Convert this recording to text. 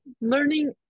learning